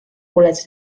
pooled